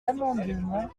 amendements